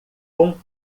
com